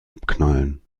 abknallen